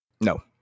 No